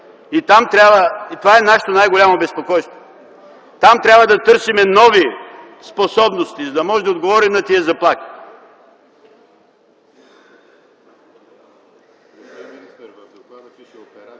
територия. Това е нашето най-голямо безпокойство. Там трябва да търсим нови способности, за да можем да отговорим на тези заплахи.